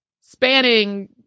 spanning